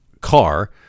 car